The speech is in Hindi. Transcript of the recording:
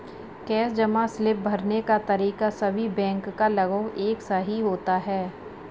कैश जमा स्लिप भरने का तरीका सभी बैंक का लगभग एक सा ही होता है